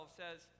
says